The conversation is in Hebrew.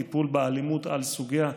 טיפול באלימות על סוגיה,